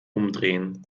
umdrehen